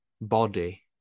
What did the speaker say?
body